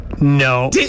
No